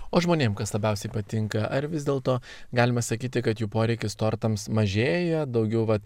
o žmonėm kas labiausiai patinka ar vis dėlto galima sakyti kad jų poreikis tortams mažėja daugiau vat